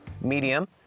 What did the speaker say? Medium